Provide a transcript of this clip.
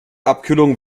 abkühlung